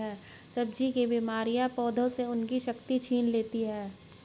सब्जी की बीमारियां पौधों से उनकी शक्ति छीन लेती हैं